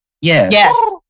yes